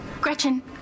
Gretchen